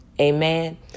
Amen